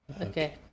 Okay